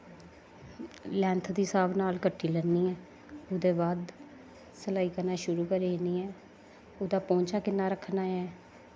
length दे स्हाब नाल कट्टी लैन्नी ऐं ओह्दे बाद सलाई करना शुरु करी दिन्नी ऐं ओह्दा पौंचा किन्ना रक्खना ऐं